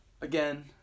again